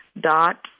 Dot